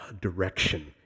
direction